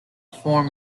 form